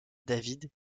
david